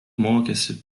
mokėsi